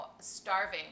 starving